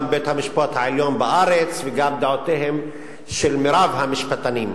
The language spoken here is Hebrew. גם בית-המשפט העליון בארץ וגם דעותיהם של מרבית המשפטנים.